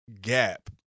gap